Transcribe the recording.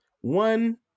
one